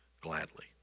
gladly